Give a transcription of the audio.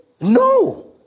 no